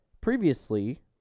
previously